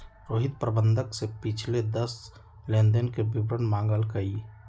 रोहित प्रबंधक से पिछले दस लेनदेन के विवरण मांगल कई